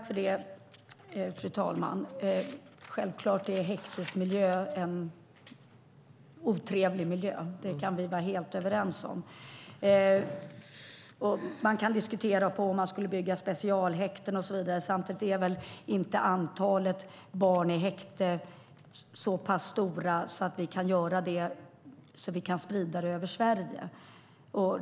Fru talman! Självklart är häktesmiljö en otrevlig miljö. Det kan vi vara helt överens om. Sedan kan man diskutera om vi ska bygga specialhäkten och så vidare. Samtidigt är väl inte antalet barn i häkte så stort att vi kan göra det över hela Sverige.